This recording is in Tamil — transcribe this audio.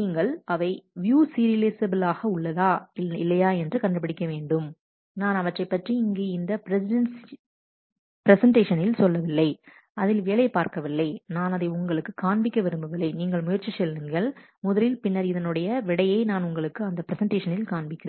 நீங்கள் அவை வியூ சீரியலைஃசபில் ஆக உள்ளதா இல்லையா என்று கண்டுபிடிக்க வேண்டும் நான் அவற்றைப் பற்றி இங்கு இந்த பிரசெண்டேஷனில் சொல்லவில்லை அதில் வேலை பார்க்கவில்லை நான் அதை உங்களுக்கு காண்பிக்க விரும்பவில்லை நீங்கள் முயற்சி செய்யுங்கள் முதலில் பின்னர் அதனுடைய விடையை நான் உங்களுக்கு இந்த பிரசெண்டேஷனில் காண்பிக்கிறேன்